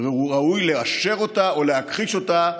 ראוי לאשר אותה או להכחיש אותה,